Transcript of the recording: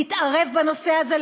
להתערב בנושא הזה,